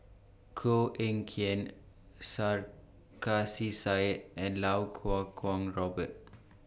Koh Eng Kian Sarkasi Said and Lau Kuo Kwong Robert